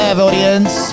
audience